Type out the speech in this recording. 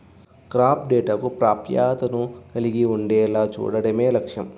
crop డేటాకు ప్రాప్యతను కలిగి ఉండేలా చూడడమే లక్ష్యం